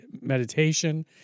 meditation